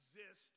exist